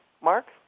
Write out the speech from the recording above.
Mark